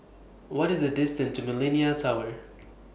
What IS The distance to Millenia Tower